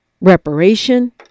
reparation